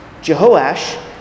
Jehoash